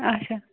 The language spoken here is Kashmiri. اچھا